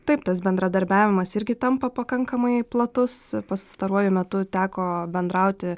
taip tas bendradarbiavimas irgi tampa pakankamai platus pastaruoju metu teko bendrauti